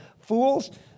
fools